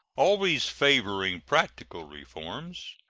always favoring practical reforms,